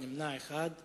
1, נמנע אחד.